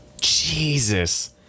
Jesus